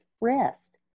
rest